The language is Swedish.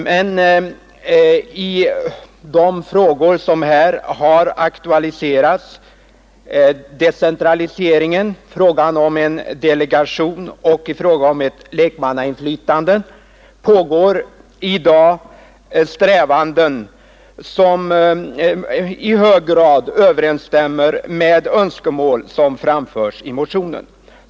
Men i de frågor som här aktualiserats — decentralisering, frågan om delegation, frågan om ett lekmannainflytande — pågår i dag strävanden som i hög grad överensstämmer med önskemål som framförts i motionen.